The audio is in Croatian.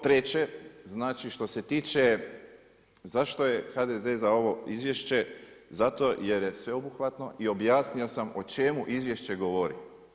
Treće, znači što se tiče zašto je HDZ za ovo izvješće, zato jer je sveobuhvatno i objasnio sam o čemu izvješće govori.